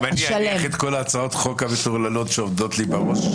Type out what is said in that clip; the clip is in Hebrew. אם אני אניח את כל הצעות החוק המטורללות שעומדות לי בראש,